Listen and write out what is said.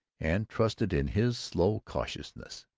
and trusted in his slow cautiousness.